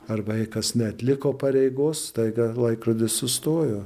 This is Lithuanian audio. arba jei kas neatliko pareigos staiga laikrodis sustojo